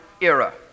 Era